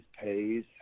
pays